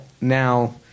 now